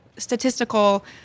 statistical